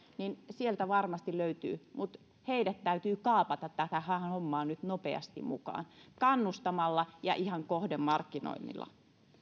sieltä varmasti löytyy mutta heidät täytyy kaapata tähän hommaan nyt nopeasti mukaan kannustamalla ja ihan kohdemarkkinoinnilla